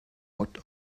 what